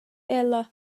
ella